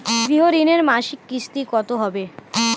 গৃহ ঋণের মাসিক কিস্তি কত হবে?